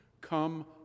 come